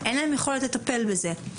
אין להם יכולת לטפל בזה.